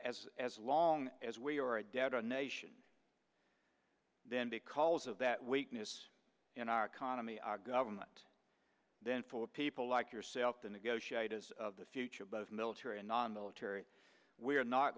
so as long as we are a debtor nation then because of that weakness in our economy our government then for people like yourself the negotiators of the future both military and nonmilitary we are not